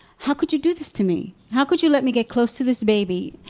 how could you do this to me? how could you let me get close to this baby,